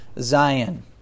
Zion